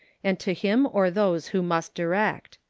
and to him or those who must direct.